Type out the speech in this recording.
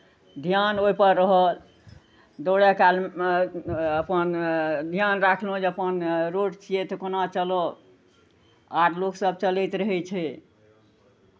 धियान ओहिपर रहल दौड़य कालमे अपन ध्यान राखलहुँ जे अपन रोड छियै तऽ कोना चलब आर लोकसभ चलैत रहै छै